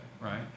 right